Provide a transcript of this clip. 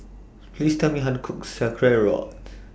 Please Tell Me How to Cook Sauerkrauts